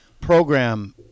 program